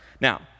now